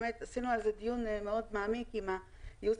עשינו על זה דיון מעמיק מאוד עם הייעוץ